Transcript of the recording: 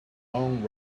long